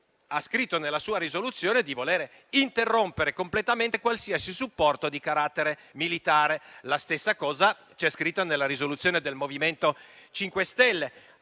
ha scritto nella sua risoluzione di voler interrompere completamente qualsiasi supporto di carattere militare. La stessa cosa è scritta nella risoluzione del MoVimento 5 Stelle,